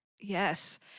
Yes